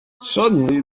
suddenly